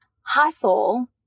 hustle